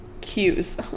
cues